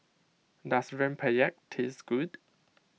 does Rempeyek taste good